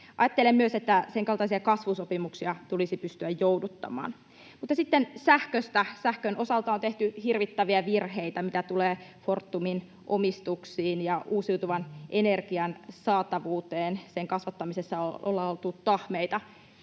Ajattelen myös, että sen kaltaisia kasvusopimuksia tulisi pystyä jouduttamaan. Mutta sitten sähköstä. Sähkön osalta on tehty hirvittäviä virheitä, mitä tulee Fortumin omistuksiin ja uusiutuvan energian saatavuuteen, sen kasvattamisessa ollaan oltu tahmeita.